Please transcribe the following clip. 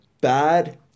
bad